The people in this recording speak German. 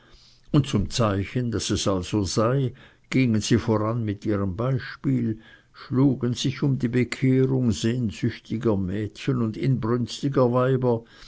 und zum zeichen daß es also sei gingen sie voran mit ihrem beispiele schlugen sich um die bekehrung sehnsüchtiger mädchen und inbrünstiger weiber